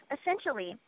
essentially